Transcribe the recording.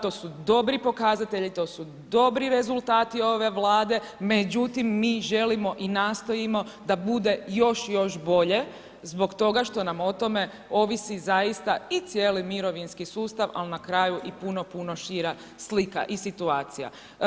To su dobri pokazatelji, to su dobri rezultati ove Vlade međutim mi želimo i nastojimo da bude još i još bolje zbog toga što nam o tome ovisi zaista i cijeli mirovinski sustav ali na kraju i puno, puno šira slika i situacija.